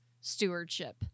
stewardship